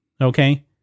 Okay